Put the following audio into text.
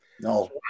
No